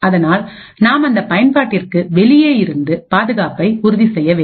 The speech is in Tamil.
அதனால் நாம் அந்த பயன்பாட்டிற்கு வெளியே இருந்து பாதுகாப்பை உறுதி செய்ய வேண்டும்